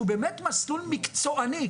שהוא באמת מסלול מקצועני,